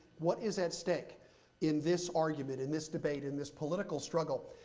what is at stake in this argument, in this debate, in this political struggle,